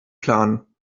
planen